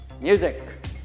Music